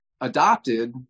adopted